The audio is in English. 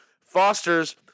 Foster's